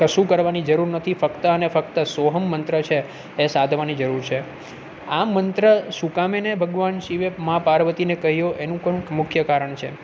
કશું કરવાની જરૂર નથી ફક્ત અને ફક્ત સોહમ મંત્ર છે એ સાધવાની જરૂર છે આ મંત્ર શું કામ એને ભગવાન શિવે મા પાર્વતીને કહ્યો એનું અમુક મુખ્ય કારણ છે